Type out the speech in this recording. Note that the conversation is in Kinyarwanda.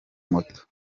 moto